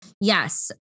Yes